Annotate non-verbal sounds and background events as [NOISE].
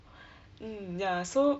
[BREATH] mm ya so